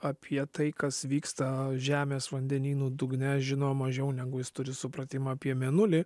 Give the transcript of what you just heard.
apie tai kas vyksta žemės vandenynų dugne žino mažiau negu jis turi supratimą apie mėnulį